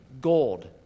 gold